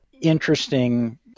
interesting